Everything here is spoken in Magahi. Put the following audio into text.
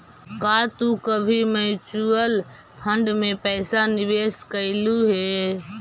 का तू कभी म्यूचुअल फंड में पैसा निवेश कइलू हे